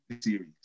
series